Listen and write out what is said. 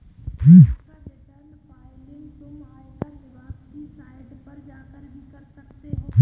आयकर return filing तुम आयकर विभाग की साइट पर जाकर भी कर सकते हो